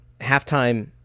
halftime